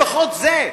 לפחות זה.